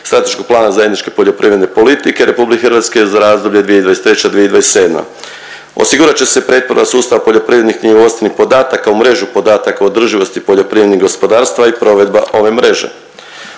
strateškog plana zajedničke poljoprivredne politike Republike Hrvatske za razdoblje 2023./2027. Osigurat će se pretvorba sustava poljoprivrednih knjigovodstvenih podataka u mrežu podataka o održivosti poljoprivrednih gospodarstava i provedba ove mreže.